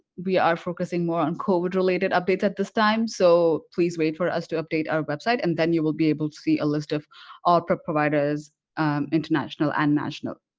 we are focusing more on code related updates at this time so please wait for us to update our website and then you will be able to see a list of our providers international and national